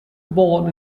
born